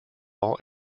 all